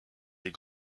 des